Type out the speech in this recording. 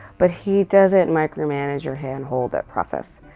but he doesn't micromanage or handhold that process.